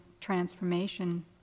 transformation